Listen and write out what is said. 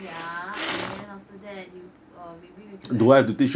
ya and then after that you uh maybe we could